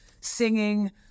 singing